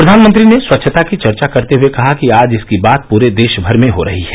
प्रधानमंत्री ने स्वच्छता की चर्चा करते हुए कहा कि आज इसकी बात पूरे देशभर में हो रही है